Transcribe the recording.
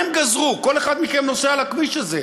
כל אחד מכם נוסע על הכביש הזה.